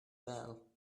bell